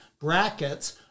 brackets